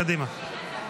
קדימה.